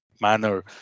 manner